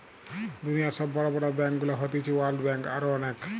দুনিয়র সব বড় বড় ব্যাংকগুলো হতিছে ওয়ার্ল্ড ব্যাঙ্ক, আরো অনেক